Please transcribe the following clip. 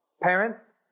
parents